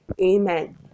Amen